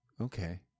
Okay